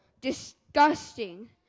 disgusting